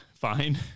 fine